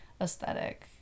aesthetic